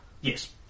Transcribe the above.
Yes